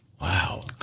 Wow